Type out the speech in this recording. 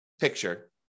picture